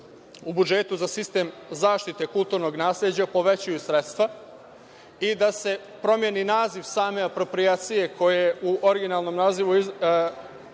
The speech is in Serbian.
u budžetu za sistem zaštite kulturnog nasleđa povećaju sredstva i da se promeni naziv same aproprijacije koji u originalnom nazivu glasi